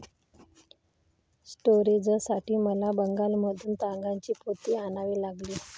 स्टोरेजसाठी मला बंगालमधून तागाची पोती आणावी लागली